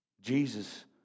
Jesus